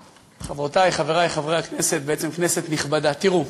חברותי, חברי חברי הכנסת, בעצם כנסת נכבדה, תראו,